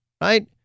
right